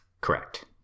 Correct